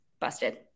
busted